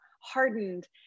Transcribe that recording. hardened